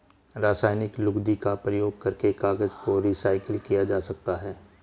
रासायनिक लुगदी का प्रयोग करके कागज को रीसाइकल किया जा सकता है